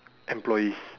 employees